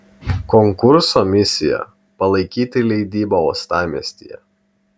konkurso misija palaikyti leidybą uostamiestyje